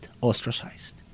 ostracized